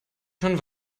schon